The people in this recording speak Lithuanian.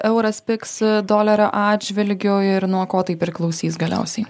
euras pigs dolerio atžvilgiu ir nuo ko tai priklausys galiausiai